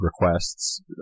requests